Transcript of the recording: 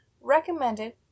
recommended